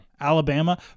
Alabama